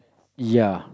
ya